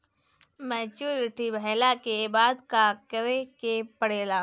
Maturity भईला के बाद का करे के पड़ेला?